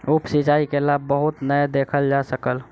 उप सिचाई के लाभ बहुत नै देखल जा सकल